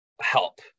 help